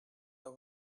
are